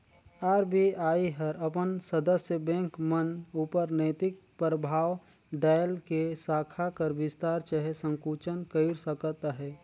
RBI हर अपन सदस्य बेंक मन उपर नैतिक परभाव डाएल के साखा कर बिस्तार चहे संकुचन कइर सकत अहे